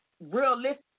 realistic